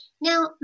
Now